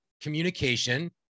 communication